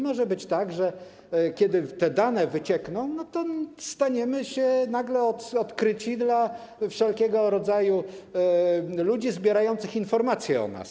Może być tak, że kiedy te dane wyciekną, to staniemy się nagle odkryci dla wszelkiego rodzaju ludzi zbierających informacje o nas.